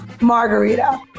margarita